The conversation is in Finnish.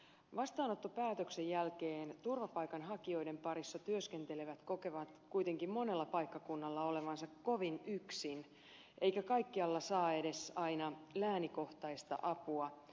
vastaanottopäätöksen jälkeen turvapaikanhakijoiden parissa työskentelevät kokevat kuitenkin monella paikkakunnalla olevansa kovin yksin eikä kaikkialla saa edes aina läänikohtaista apua